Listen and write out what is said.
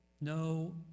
No